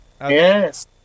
Yes